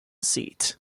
seat